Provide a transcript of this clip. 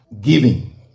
Giving